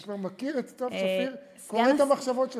אני כבר מכיר את סתיו שפיר, קורא את המחשבות שלה.